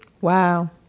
wow